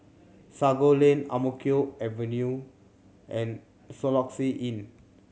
Sago Lane Ang Mo Kio Avenue and Soluxe Inn